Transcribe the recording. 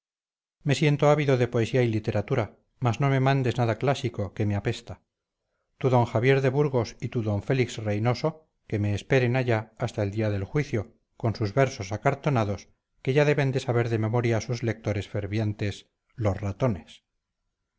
me siento ávido de poesía y literatura mas no me mandes nada clásico que me apesta tu d javier de burgos y tu d félix reinoso que me esperen allá hasta el día del juicio con sus versos acartonados que ya deben de saber de memoria sus lectores fervientes los ratones